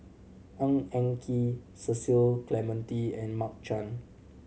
Ng Eng Kee Cecil Clementi and Mark Chan